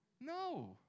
No